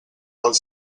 del